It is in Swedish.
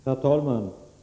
Herr talman!